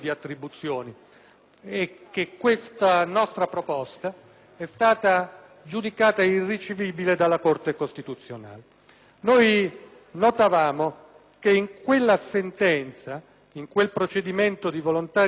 e che la nostra proposta è stata giudicata irricevibile dalla Corte costituzionale. Noi notavamo che in quella sentenza, in quel procedimento di volontaria giurisdizione,